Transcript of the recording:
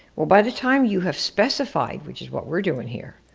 well, by the time you have specified which is what we're doing here,